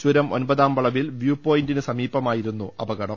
ചുരം ഒൻപതാം വളവിൽ വ്യൂ പോയിന്റിന് സമീപമായിരുന്നു അപകടം